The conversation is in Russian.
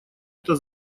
это